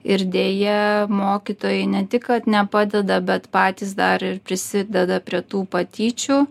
ir deja mokytojai ne tik kad nepadeda bet patys dar ir prisideda prie tų patyčių